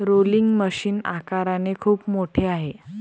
rolling machine आकाराने खूप मोठे आहे